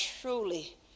truly